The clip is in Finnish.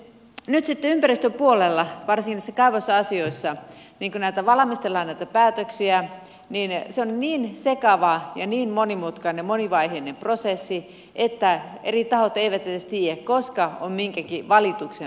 nyt sitten ympäristöpuolella varsinkin näissä kaivosasioissa kun valmistellaan päätöksiä niin se on niin sekava ja niin monimutkainen monivaiheinen prosessi että eri tahot eivät edes tiedä koska on minkäkin valituksen aika